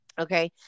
Okay